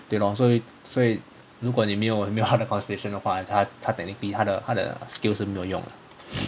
对咯所以所以如果你没有没有他的 constellation 的话他他 technically 他的他的 skill 是没有用的